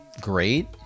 Great